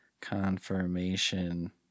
confirmation